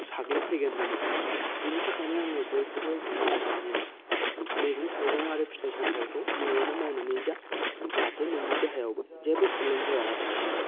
साग्लोबफैगोन माने बिनि थाखायनो आङो बयखौबो बुङो माने मैगं थाइगं आरो फिथाइ सामथायखौ न'आवनो मावनानै जा जाहाथे नोंनि देहायावबो जेबो प्रब्लेम जाया आरो